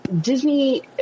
Disney